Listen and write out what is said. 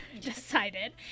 decided